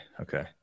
okay